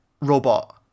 robot